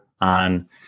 on